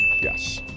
yes